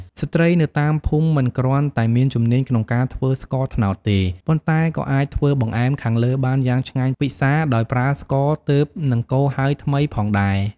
ស្ត្រីនៅតាមភូមិមិនគ្រាន់តែមានជំនាញក្នុងការធ្វើស្ករត្នោតទេ ប៉ុន្តែក៏អាចធ្វើបង្អែមខាងលើបានយ៉ាងឆ្ងាញ់ពិសាដោយប្រើស្ករទើបនឹងកូរហើយថ្មីផងដែរ។